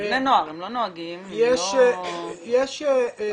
זה בני נוער, הם לא נוהגים --- יש קוד